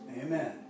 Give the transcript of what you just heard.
Amen